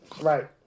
Right